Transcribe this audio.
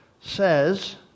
says